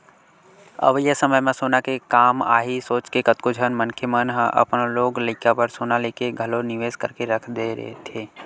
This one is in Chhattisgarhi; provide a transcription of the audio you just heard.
अवइया समे म सोना के काम आही सोचके कतको झन मनखे मन ह अपन लोग लइका बर सोना लेके घलो निवेस करके रख दे रहिथे